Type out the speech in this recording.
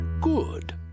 Good